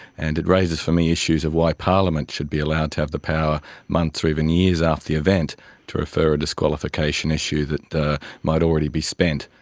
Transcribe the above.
and it raises for me issues of why parliament should be allowed to have the power months or even years after the event to refer a disqualification issue that might might already be spent.